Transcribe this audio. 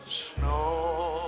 snow